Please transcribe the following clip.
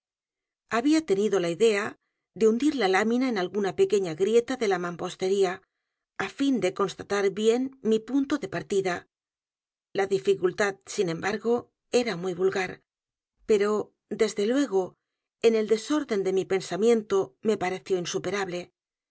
había tenido la idea de hundir la lámina en alguna pequeña grieta de la manipostería á fin de constatar bien mi punto de partida la dificultad sin embargo era muy v u l g a r pero desdo luego en el desorden de mi pensamiento me pareció insuperable